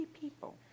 people